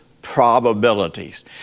probabilities